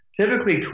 typically